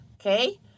okay